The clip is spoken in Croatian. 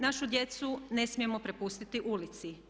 Našu djecu ne smijemo prepustiti ulici.